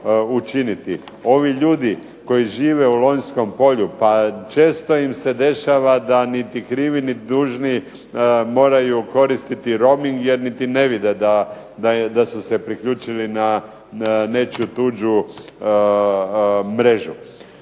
učiniti. Ovi ljudi koji žive u Lonjskom polju pa često im se dešava da niti krivi niti dužni moraju koristiti roaming jer niti ne vide da su se priključili na nečiju tuđu mrežu.